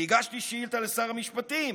אני הגשתי שאילתה לשר המשפטים